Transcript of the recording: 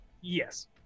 Yes